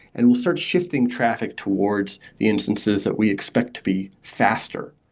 and will start shifting traffic towards the instances that we expect to be faster.